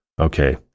okay